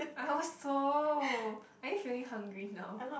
I also are you feeling hungry now